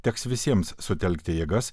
teks visiems sutelkti jėgas